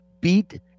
beat